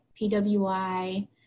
PWI